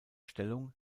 stellung